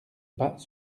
pas